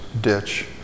ditch